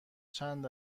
چند